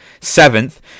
seventh